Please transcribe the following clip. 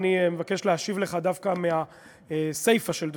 אני מבקש להשיב לך דווקא מהסיפה של דבריך,